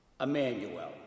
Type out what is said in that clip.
Emmanuel